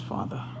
Father